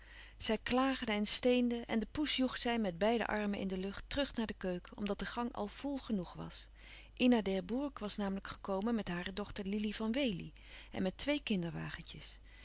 zij klaagde en steende en de poes joeg zij met beide armen in de lucht terug naar de keuken omdat de gang al vol genoeg was ina d'herbourg was namelijk gekomen met hare dochter lili van wely en met twee